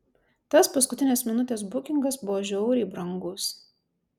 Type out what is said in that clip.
tas paskutinės minutės bukingas buvo žiauriai brangus